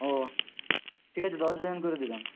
ও ঠিক আছে দশ ডজন করে দিবেন